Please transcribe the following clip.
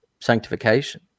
sanctification